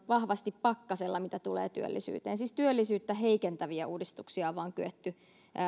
vahvasti pakkasella mitä tulee työllisyyteen siis vain työllisyyttä heikentäviä uudistuksia on kyetty